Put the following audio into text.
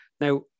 Now